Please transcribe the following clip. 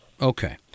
okay